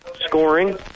scoring